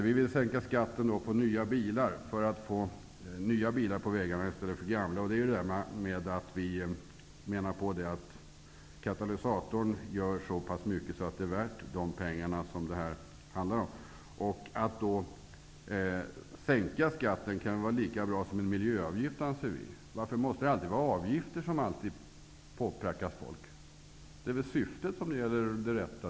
Vi vill sänka skatten på nya bilar för att få nya bilar i stället för gamla på vägarna. Vi menar nämligen att katalysatorn gör så mycket att det är värt de pengar som detta handlar om. Att sänka skatten på nya bilar anser vi kan vara lika bra som en miljöavgift. Varför måste det alltid vara avgifter som alltid prackas på människor? Det är väl syftet som skall vara det rätta?